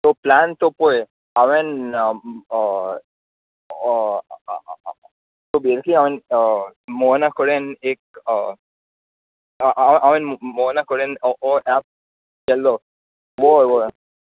तो प्लॅन तो पळय हांवें ओबविअस्ली मोहना कडेन एक हांवें हांवें मोहना कडेन हो हो हो एप केल्लो हय हय